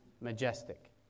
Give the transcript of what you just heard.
majestic